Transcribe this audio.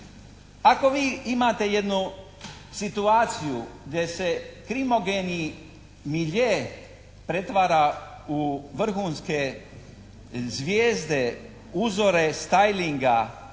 Ako vi imate jednu situaciju gdje se krimogeni milje pretvara u vrhunske zvijezde, uzore staylinga,